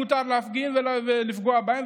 מותר לפגוע בהם,